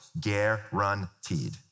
Guaranteed